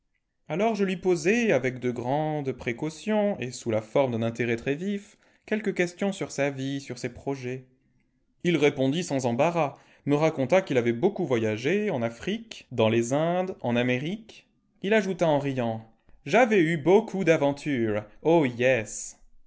alors je lui posai avec de grandes précautions et sous la forme d'un intérêt très vif quelques questions sur sa vie sur ses projets il répondit sans embarras me raconta qu'il avait beaucoup voyagé en afrique dans les indes en amérique ii ajouta en riant j'avé eu bôcoup d'aventures oh yes